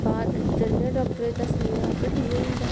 घर जन्ने आं डाक्टरै गी दस्सने आं आपे ठीक होई जंदा